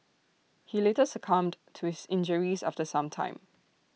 he later succumbed to his injuries after some time